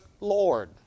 Lord